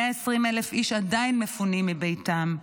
120,000 איש עדיין מפונים מביתם,